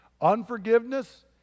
Unforgiveness